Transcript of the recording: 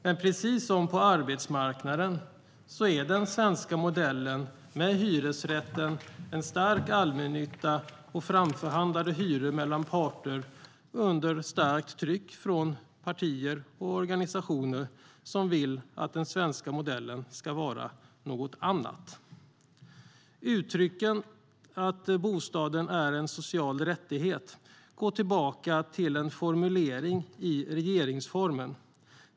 Men precis som på arbetsmarknaden är den svenska modellen med hyresrätten, en stark allmännytta och framförhandlade hyror mellan parter under starkt tryck från partier som vill att den svenska modellen ska vara något annat. Uttrycket att bostaden är en social rättighet går tillbaka på en formulering i regeringsformen.